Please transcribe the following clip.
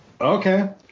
Okay